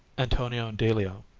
antonio, delio,